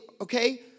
okay